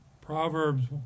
Proverbs